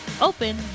Open